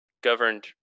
governed